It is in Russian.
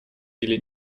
или